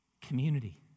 Community